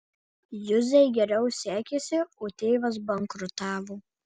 juzei geriau sekėsi o tėvas bankrutavo